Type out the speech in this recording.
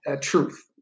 truth